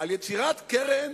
על יצירת קרן,